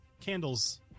candles